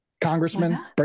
Congressman